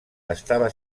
estava